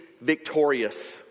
victorious